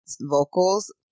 vocals